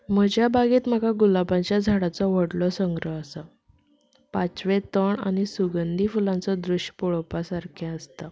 म्हज्या बागेंत म्हाका गुलाबाच्या झाडाचो व्हडलो संग्रह आसा पांचवें तण आनी सुंगदीं फुलांचो दृश पळोवपा सारकें आसता